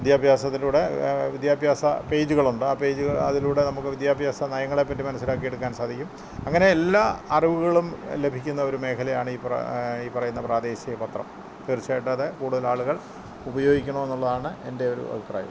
വിദ്യാഭ്യാസത്തിലൂടെ വിദ്യാഭ്യാസ പേജുകളുണ്ട് ആ പേജ് അതിലൂടെ നമുക്ക് വിദ്യാഭ്യാസ നയങ്ങളെ പറ്റി മനസ്സിലാക്കി എടുക്കാൻ സാധിക്കും അങ്ങനെ എല്ലാ അറിവുകളും ലഭിക്കുന്ന ഒരു മേഖലയാണ് ഈ പ ഈ പറയുന്ന പ്രാദേശിക പത്രം തീർച്ചയായിട്ടും അതേ കൂടുതലാളുകൾ ഉപയോഗിക്കണമെന്നുള്ളതാണ് എൻ്റെയൊരു അഭിപ്രായം